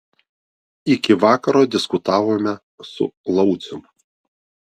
iki vakaro diskutavome su laucium